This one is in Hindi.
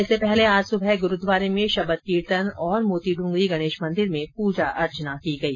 वहीं आज सुबह गुरूद्वारे में शबद कीर्तन और मोती डूंगरी गणेश मंदिर में पूजा अर्चना की गई